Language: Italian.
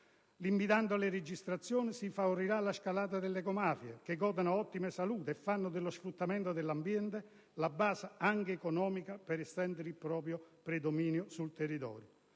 Limitando le registrazioni si favorirà la scalata delle ecomafie, che godono ottima salute e fanno dello sfruttamento dell'ambiente la base, anche economica, per estendere il proprio predominio sui territori.